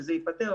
שזה ייפתר,